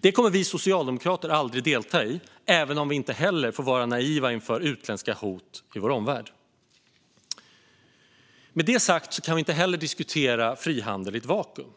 Det kommer vi socialdemokrater aldrig att delta i, även om vi inte heller får vara naiva inför utländska hot i vår omvärld. Med det sagt kan vi inte heller diskutera frihandel i ett vakuum.